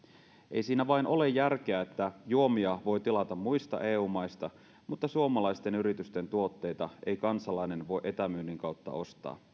ei siinä vain ole järkeä että juomia voi tilata muista eu maista mutta suomalaisten yritysten tuotteita ei kansalainen voi etämyynnin kautta ostaa